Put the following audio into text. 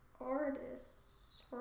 artists